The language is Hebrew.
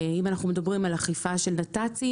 אם אנחנו מדברים על אכיפה של נת"צים,